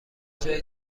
جایی